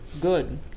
good